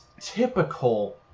typical